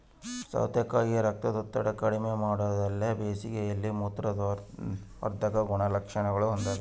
ಸೌತೆಕಾಯಿ ರಕ್ತದೊತ್ತಡ ಕಡಿಮೆಮಾಡೊದಲ್ದೆ ಬೇಸಿಗೆಯಲ್ಲಿ ಮೂತ್ರವರ್ಧಕ ಗುಣಲಕ್ಷಣ ಹೊಂದಾದ